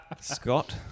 Scott